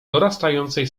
dorastającej